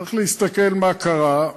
צריך להסתכל מה קרה,